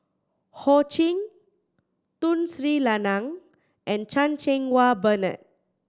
Ho Ching Tun Sri Lanang and Chan Cheng Wah Bernard